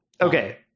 okay